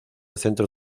centro